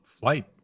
flight